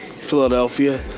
Philadelphia